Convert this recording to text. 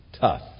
tough